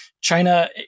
China